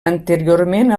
anteriorment